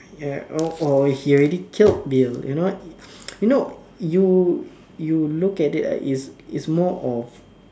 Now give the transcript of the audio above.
ya or he already killed Bill you know you know you you look at ah it's it's more of